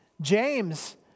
James